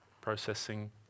processing